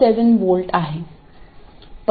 7V आहे